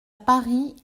paris